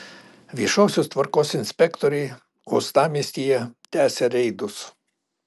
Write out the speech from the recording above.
viešosios tvarkos inspektoriai uostamiestyje tęsia reidus